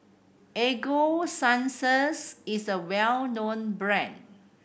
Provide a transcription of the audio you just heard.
Ego Sunsense is a well known brand